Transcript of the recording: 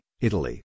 Italy